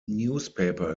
newspaper